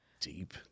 deep